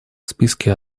списке